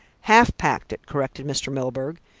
half-packed it, corrected mr. milburgh.